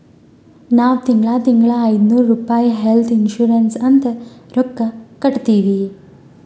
ನಾವ್ ತಿಂಗಳಾ ತಿಂಗಳಾ ಐಯ್ದನೂರ್ ರುಪಾಯಿ ಹೆಲ್ತ್ ಇನ್ಸೂರೆನ್ಸ್ ಅಂತ್ ರೊಕ್ಕಾ ಕಟ್ಟತ್ತಿವಿ